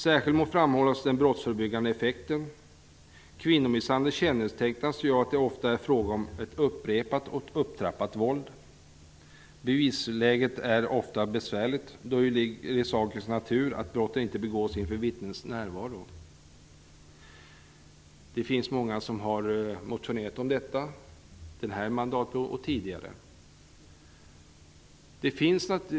Särskilt må framhållas den brottsförebyggande effekten. Kvinnomisshandel kännetecknas ju av att det ofta är fråga om ett upprepat och upptrappat våld. Bevisläget är ofta besvärligt, då det ligger i sakens natur att brotten inte begås inför vittnens närvaro. Det finns många som under den här mandatperioden och tidigare har motionerat om detta.